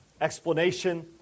explanation